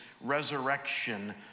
resurrection